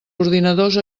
ordinadors